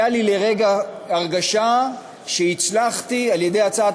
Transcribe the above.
הייתה לי לרגע הרגשה שהצלחתי על-ידי הצעת